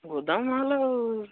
ଗୋଦାମ ମାଲ୍ ଆଉ